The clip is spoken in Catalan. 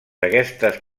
aquestes